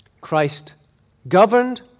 Christ-governed